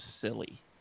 silly